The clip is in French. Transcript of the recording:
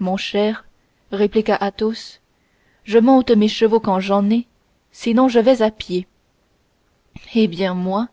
mon cher répliqua athos je monte mes chevaux quand j'en ai sinon je vais à pied eh bien moi